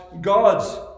God's